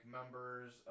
members